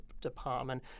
department